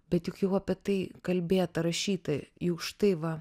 bet juk jau apie tai kalbėta rašyta juk štai va